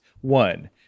One